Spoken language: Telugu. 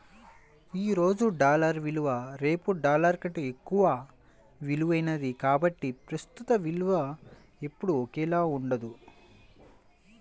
ఈ రోజు డాలర్ విలువ రేపు డాలర్ కంటే ఎక్కువ విలువైనది కాబట్టి ప్రస్తుత విలువ ఎప్పుడూ ఒకేలా ఉండదు